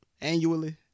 annually